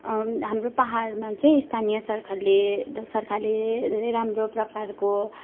हाम्रो पहाडमा चाहिँ स्थानीय सरकारले द सरकारले धेरै राम्रो प्रकारको